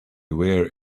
were